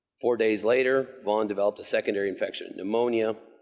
four days later, vaughn developed a secondary infection pneumonia.